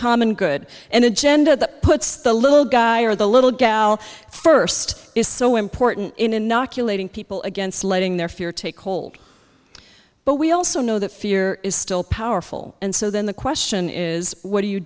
common good and agenda that puts the little guy or the little gal first is so important in an ocular people against letting their fear take hold but we also know that fear is still powerful and so then the question is what do you